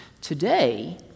Today